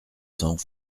cents